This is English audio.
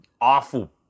awful